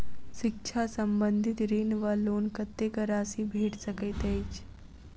शिक्षा संबंधित ऋण वा लोन कत्तेक राशि भेट सकैत अछि?